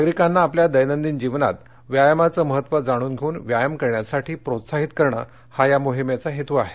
नागरिकांना आपल्या दैनंदिन जीवनात व्यायामाचे महत्व जाणून घेऊन व्यायाम करण्यासाठी प्रोत्साहित करणे हा या मोहिमेचा हेत आहे